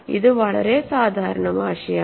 ഇത് വളരെ സാധാരണ ഭാഷയാണ്